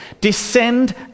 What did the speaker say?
descend